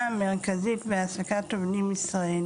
המרכזית בהעסקת עובדים זרים